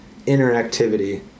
interactivity